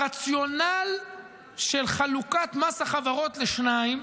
הרציונל של חלוקת מס החברות לשניים.